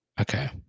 Okay